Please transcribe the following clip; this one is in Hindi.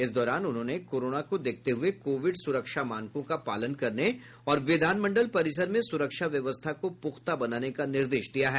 इस दौरान उन्होंने कोरोना को देखते हुये कोविड सुरक्षा मानकों का पालन करने और विधानमंडल परिसर में सुरक्षा व्यवस्था को पुख्ता बनाने का निर्देश दिया है